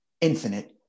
infinite